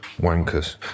Wankers